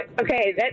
Okay